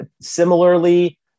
similarly